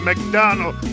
McDonald